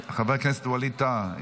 חבר הכנסת ווליד טאהא,